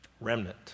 Remnant